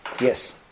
Yes